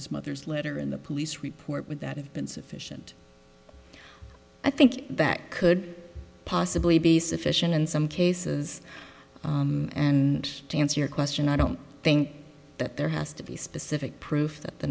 his mother's letter in the police report would that have been sufficient i think that could possibly be sufficient in some cases and to answer your question i don't think that there has to be specific proof that the